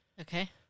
Okay